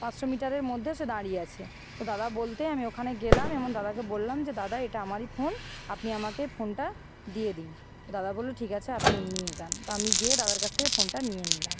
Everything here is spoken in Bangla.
পাঁচশো মিটারের মধ্যে এসে দাঁড়িয়ে আছে তো দাদা বলতেই আমি ওখানে গেলাম এবং দাদাকে বললাম যে দাদা এটা আমারই ফোন আপনি আমাকে ফোনটা দিয়ে দিন তো দাদা বললো ঠিক আছে আপনি নিয়ে যান তো আমি যেয়ে দাদার কাছ থেকে ফোনটা নিয়ে নিলাম